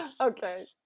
Okay